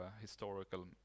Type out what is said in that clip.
historical